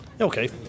Okay